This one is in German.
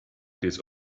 des